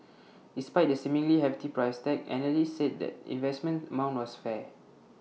despite the seemingly hefty price tag analysts said the investment amount was fair